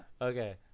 Okay